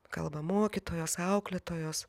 kalba mokytojos auklėtojos